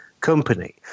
Company